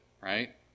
right